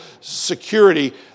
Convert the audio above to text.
security